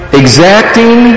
exacting